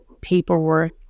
paperwork